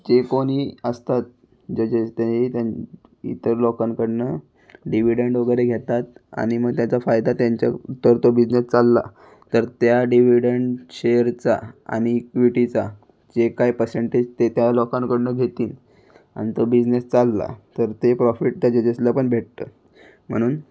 जे कोणी असतात जजेस तेही त्यां इतर लोकांकडून डिव्हिडंड वगैरे घेतात आणि मग त्याचा फायदा त्यांच्या तर तो बिजनेस चालला तर त्या डिव्हिडंट शेअरचा आणि इक्विटीचा जे काय पर्सेंटेज ते त्या लोकांकडून घेतील आणि तो बिजनेस चालला तर ते प्रॉफिट त्या जजेसला पण भेटतं म्हणून